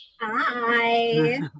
Hi